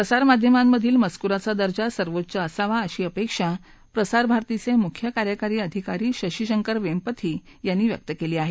प्रसारमाध्यमांमधील मजकुराचा दर्जा सर्वोच्च असावा अशी अपेक्षा प्रसार भारतीचे मुख्य कार्यकारी अधिकारी शशी शंकर वेंपथी यांनी व्यक्त केली आहे